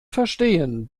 verstehen